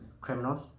criminals